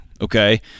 Okay